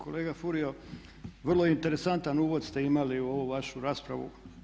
Kolega Furio, vrlo interesantan uvod ste imali u ovu vašu raspravu.